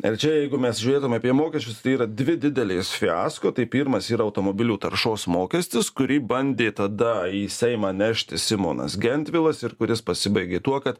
ir čia jeigu mes žiūrėtume apie mokesčius tai yra dvi didelės fiasko tai pirmas yra automobilių taršos mokestis kurį bandė tada į seimą nešti simonas gentvilas ir kuris pasibaigė tuo kad